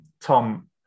Tom